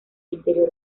interior